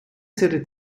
serie